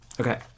Okay